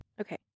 Okay